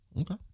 Okay